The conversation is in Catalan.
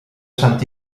sant